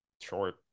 Short